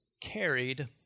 carried